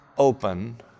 open